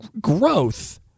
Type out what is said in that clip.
growth